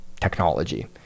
technology